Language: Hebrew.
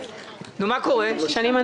הפנייה נועדה